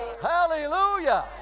Hallelujah